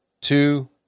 two